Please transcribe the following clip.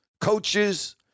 coaches